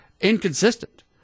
inconsistent